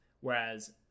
whereas